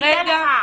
אני אתן לך.